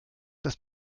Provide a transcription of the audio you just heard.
dass